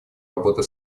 работа